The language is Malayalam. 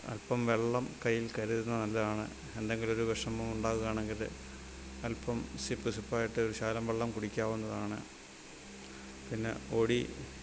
അൽപ്പം വെള്ളം കയ്യിൽ കരുതുന്നത് നല്ലതാണ് എന്തെങ്കിലും ഒരു വിഷമം ഉണ്ടാകുകയാണെങ്കിൽ അൽപ്പം സിപ്പ് സിപ്പായിട്ട് ശകലം വെള്ളം കുടിക്കാവുന്നതാണ് പിന്നെ ഓടി